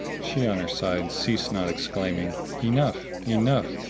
she on her side ceased not exclaiming, enough, enough,